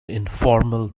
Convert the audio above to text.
informal